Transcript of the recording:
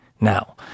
Now